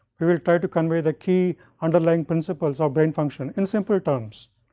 we will try to convey the key underlying principles of brain function in simple terms.